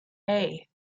hey